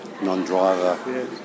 non-driver